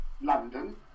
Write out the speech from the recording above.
London